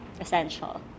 essential